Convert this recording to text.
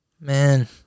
Man